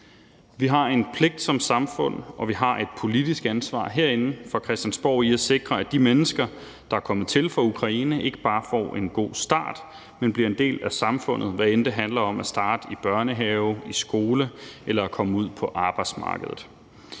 samfund en pligt til og vi har et politisk ansvar herinde på Christiansborg for at sikre, at de mennesker, der er kommet hertil fra Ukraine, ikke bare får en god start, men bliver en del af samfundet, hvad end det handler om at starte i børnehave, i skole eller at komme ud på arbejdsmarkedet.